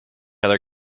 other